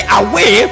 away